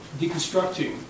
deconstructing